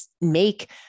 make